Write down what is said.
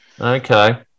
Okay